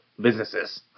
businesses